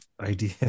idea